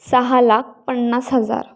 सहा लाख पन्नास हजार